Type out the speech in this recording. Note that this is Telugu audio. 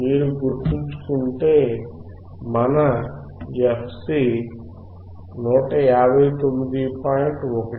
మీరు గుర్తుంచుకుంటే మన fc 159